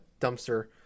dumpster